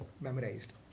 memorized